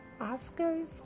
Oscars